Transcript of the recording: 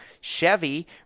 Chevy